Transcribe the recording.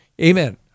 Amen